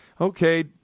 okay